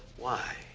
why?